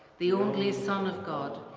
the only son of god,